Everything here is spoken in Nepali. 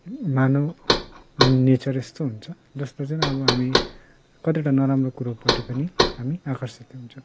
मानव नेचर यस्तो हुन्छ जस्तो चाहिँ अब हामी कतिवटा नराम्रो कुरोपट्टि पनि हामी आकर्षित हुन्छ